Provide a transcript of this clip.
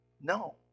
No